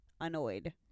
annoyed